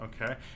Okay